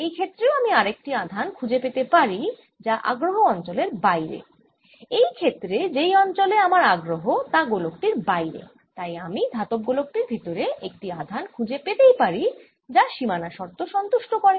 এই ক্ষেত্রেও আমি আরেকটি আধান খুঁজে পেতে পা্রি যা আগ্রহ অঞ্চলের বাইরে এই ক্ষেত্রে যেই অঞ্চলে আমার আগ্রহ তা গোলক টির বাইরে তাই আমি ধাতব গোলক টির ভেতরে একটি আধান খুঁজে পেতেই পারি যা সিমানা শর্ত সন্তুষ্ট করে